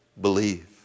believe